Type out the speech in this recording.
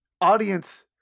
Audience